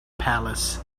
palace